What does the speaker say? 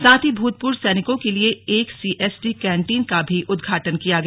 साथ ही भूतपूर्व सैनिकों के लिए एक सीएसडी कैन्टीन का भी उदघाटन किया गया